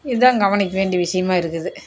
இதுதான் கவனிக்க வேண்டிய விஷயமா இருக்குது